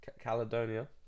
Caledonia